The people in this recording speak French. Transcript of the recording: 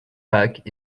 pâques